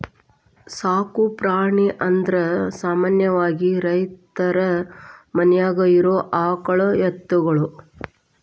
ಸಾಕು ಪ್ರಾಣಿ ಅಂದರ ಸಾಮಾನ್ಯವಾಗಿ ರೈತರ ಮನ್ಯಾಗ ಇರು ಆಕಳ ಎತ್ತುಗಳು